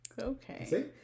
Okay